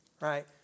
right